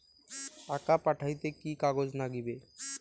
টাকা পাঠাইতে কি কাগজ নাগীবে?